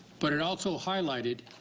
but it also highlighted